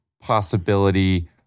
possibility